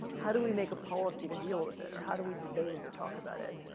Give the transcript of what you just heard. how do we make a policy to deal with it? or how do we debate it or talk about it?